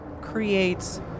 creates